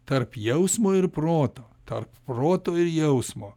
tarp jausmo ir proto tarp proto ir jausmo